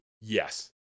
Yes